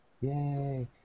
Yay